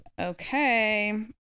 Okay